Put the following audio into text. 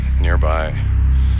nearby